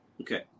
Okay